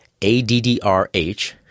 ADDRH